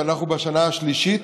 ואנחנו בשנה השלישית,